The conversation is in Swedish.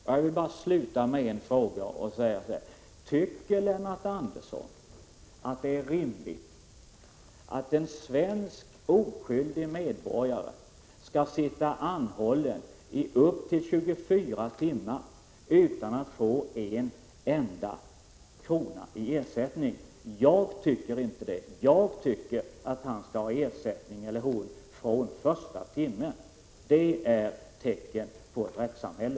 Jag vill till slut ställa en fråga: Tycker Lennart Andersson att det är rimligt att en oskyldig svensk medborgare skall sitta anhållen upp till 24 timmar utan att få en enda krona i ersättning? Jag tycker inte det, jag tycker att han eller hon skall ha ersättning från första timmen. Det är ett tecken på att vi har ett rättssamhälle.